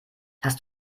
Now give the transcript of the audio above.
hast